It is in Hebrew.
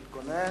תתכונן.